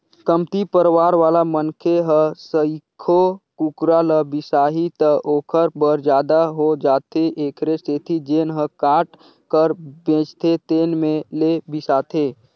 कमती परवार वाला मनखे ह सइघो कुकरा ल बिसाही त ओखर बर जादा हो जाथे एखरे सेती जेन ह काट कर बेचथे तेन में ले बिसाथे